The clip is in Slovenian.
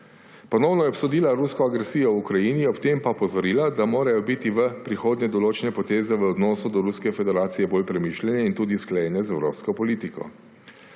Ponovno je obsodila rusko agresijo v Ukrajini; ob tem pa opozorila, da morajo biti v prihodnje določene poteze v odnosu do Ruske federacije bolj premišljene in tudi usklajene z evropsko politiko.